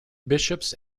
bishops